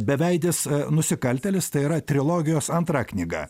beveidis nusikaltėlis tai yra trilogijos antra knyga